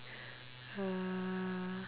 err